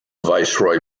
viceroy